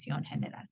general